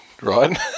right